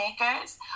makers